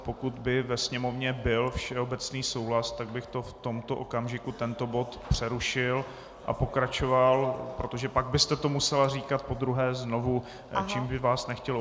Pokud by ve sněmovně byl všeobecný souhlas, tak bych v tomto okamžiku tento bod přerušil a pokračoval... protože pak byste to musela říkat podruhé znovu, čímž bych vás nechtěl obtěžovat.